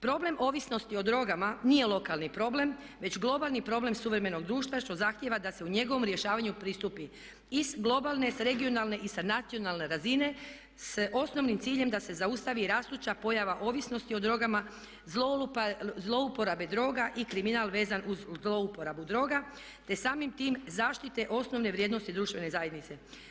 Problem ovisnosti od drogama nije lokalni problem već globalni problem suvremenog društva što zahtjeva da se u njegovom rješavanju pristupi i sa globalne, sa regionalne i sa nacionalne razine s osnovnim ciljem da se zaustavi rastuća pojava ovisnosti o drogama, zlouporabe droga i kriminal vezan uz zlouporabu droga te samim time zaštite osnovne vrijednosti društvene zajednice.